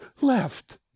left